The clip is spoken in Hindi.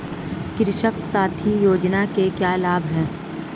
कृषक साथी योजना के क्या लाभ हैं?